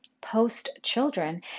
post-children